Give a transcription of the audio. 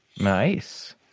Nice